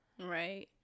Right